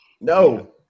No